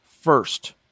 first